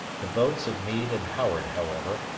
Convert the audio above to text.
the votes of meade and howard, however,